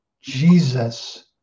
Jesus